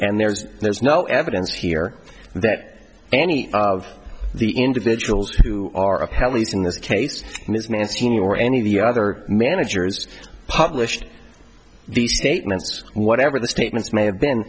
and there's there's no evidence here that any of the individuals who are apparently in this case ms manstein or any of the other managers published these statements whatever the statements may have been